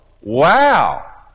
wow